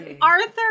Arthur